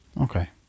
Okay